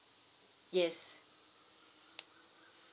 yes